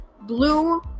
blue